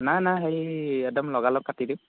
নাই নাই হেৰি একদম লগালগ কাটি দিওঁ